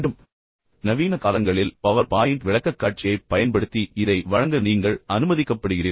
இப்போது நவீன காலங்களில் பவர் பாயிண்ட் விளக்கக்காட்சியைப் பயன்படுத்தி இதை வழங்க நீங்கள் அனுமதிக்கப்படுகிறீர்கள்